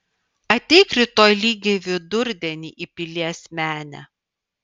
ateik rytoj lygiai vidurdienį į pilies menę